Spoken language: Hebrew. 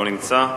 לא נמצא,